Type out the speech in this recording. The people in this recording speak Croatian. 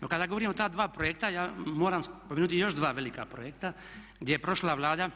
No kada govorimo o ta dva projekta, ja moram spomenuti još dva velika projekta gdje je prošla Vlada